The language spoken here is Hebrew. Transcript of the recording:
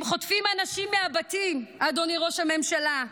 אם חוטפים אנשים מהבתים, אדוני ראש הממשלה,